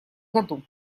году